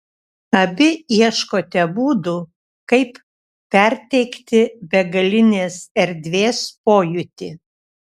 abi ieškote būdų kaip perteikti begalinės erdvės pojūtį